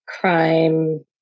crime